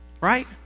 right